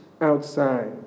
outside